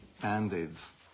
band-aids